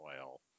oil